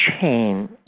chain